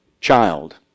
child